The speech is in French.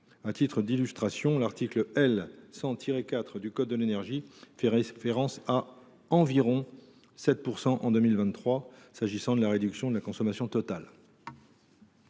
À titre d’illustration, l’article L. 100 4 du code de l’énergie fait référence à « environ 7 %» en 2023 en ce qui concerne la réduction de la consommation totale.